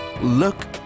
look